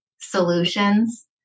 solutions